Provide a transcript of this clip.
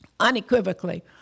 Unequivocally